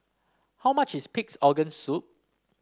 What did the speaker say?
how much is Pig's Organ Soup